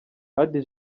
hadi